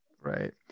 Right